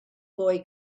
boy